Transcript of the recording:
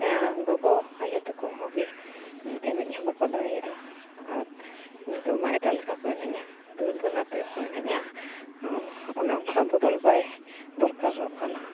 ᱜᱚᱜᱚ ᱟᱭᱳ ᱛᱮᱠᱚ ᱦᱚᱸᱜᱮ ᱮᱱᱮᱡ ᱦᱚᱸ ᱵᱟᱠᱚ ᱫᱟᱲᱮᱭᱟᱜᱼᱟ ᱟᱨ ᱱᱤᱛᱚᱜ ᱢᱟ ᱮᱴᱟᱜ ᱞᱮᱠᱟ ᱠᱚ ᱮᱱᱮᱡᱼᱟ ᱫᱟᱹᱲ ᱫᱷᱟᱨᱟᱛᱮ ᱠᱚ ᱮᱱᱮᱡᱟ ᱚᱱᱮ ᱚᱱᱠᱟ ᱵᱚᱫᱚᱞ ᱵᱟᱭ ᱫᱚᱨᱠᱟᱨᱚᱜ ᱠᱟᱱᱟ